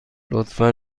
لطفا